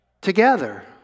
together